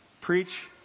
preach